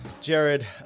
Jared